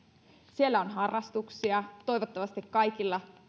siellä on harrastuksia toivottavasti kaikilla